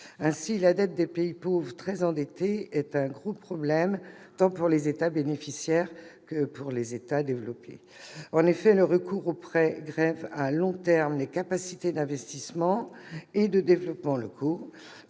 Ainsi, la dette des pays pauvres est un gros problème tant pour les États bénéficiaires que pour les États développés. En effet, le recours au prêt grève à long terme les capacités d'investissement et de développement locales